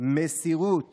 מסירות